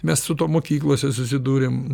mes su tuo mokyklose susidūrėm